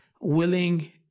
willing